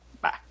Bye